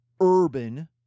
urban